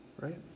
right